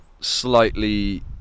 slightly